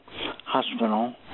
Hospital